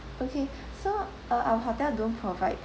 okay so uh our hotel don't provide